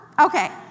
Okay